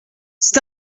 c’est